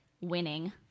winning